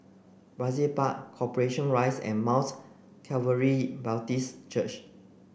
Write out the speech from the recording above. Brizay Park Corporation Rise and Mount Calvary Baptist Church